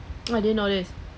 I didn't know this